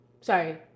Sorry